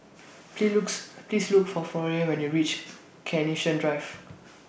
Please looks Please Look For Florian when YOU REACH Carnation Drive